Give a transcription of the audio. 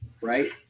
right